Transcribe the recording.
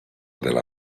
della